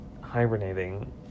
hibernating